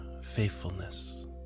faithfulness